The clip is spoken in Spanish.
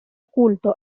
culto